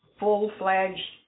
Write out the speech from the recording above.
full-fledged